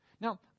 Now